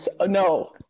No